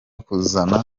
kuzana